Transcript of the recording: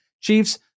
chiefs